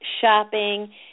shopping